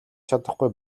чадахгүй